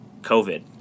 COVID